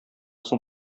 соң